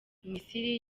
misiri